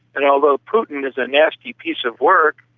and although putin is a nasty piece of work,